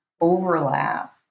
overlap